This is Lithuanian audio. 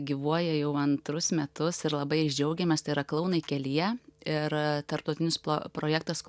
gyvuoja jau antrus metus ir labai jais džiaugiamės tai yra klounai kelyje ir tarptautinis plo projektas